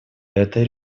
этой